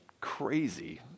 crazy